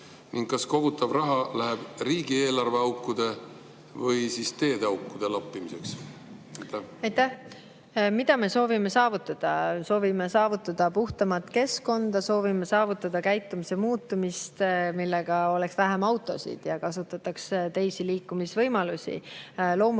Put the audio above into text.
kas kogutav raha läheb riigieelarve aukude või teede aukude lappimiseks? Aitäh! Mida me soovime saavutada? Soovime saavutada puhtamat keskkonda, soovime saavutada käitumise muutumist, et oleks vähem autosid ja kasutataks teisi liikumisvõimalusi.